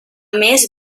més